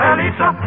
Elisa